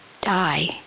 die